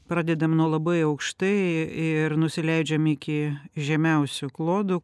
pradedam nuo labai aukštai ir nusileidžiam iki žemiausių klodų